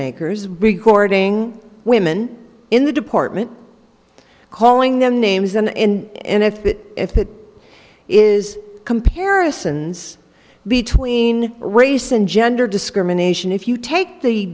makers recording women in the department calling them names and if that if it is comparisons between race and gender discrimination if you take the